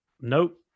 Nope